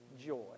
joy